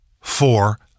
Four